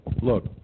Look